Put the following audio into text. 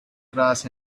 cross